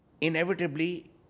Inevitably